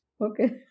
Okay